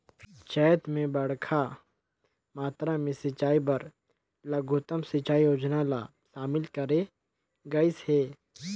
चैत मे बड़खा मातरा मे सिंचई बर लघुतम सिंचई योजना ल शामिल करे गइस हे